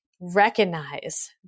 Recognize